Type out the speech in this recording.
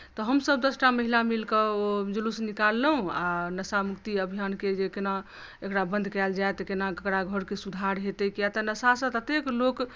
तऽ हमसभ दसटा महिला मिलि कऽ ओ जुलूस निकालहुँ आ नशामुक्ति अभियानकेँ जे केना एकरा बन्द कयल जाय तऽ केना ककरा घरके सुधार हेतै कियाक तऽ नशासँ ततेक लोक